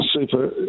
super